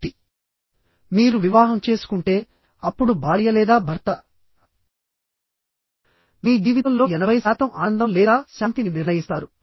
కాబట్టి మీరు వివాహం చేసుకుంటే అప్పుడు భార్య లేదా భర్త మీ జీవితంలో ఎనభై శాతం ఆనందం లేదా శాంతిని నిర్ణయిస్తారు